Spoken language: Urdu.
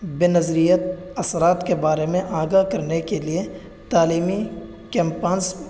بے نظریت اثرات کے بارے میں آگاہ کرنے کے لیے تعلیمی کیمپاس